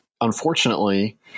unfortunately